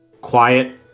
quiet